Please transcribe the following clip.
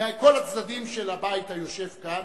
מכל הצדדים של הבית היושב כאן,